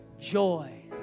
joy